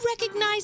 recognize